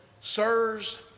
Sirs